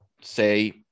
say